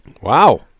Wow